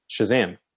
Shazam